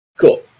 Cool